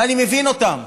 אני מבין אותם,